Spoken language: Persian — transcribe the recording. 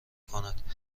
کند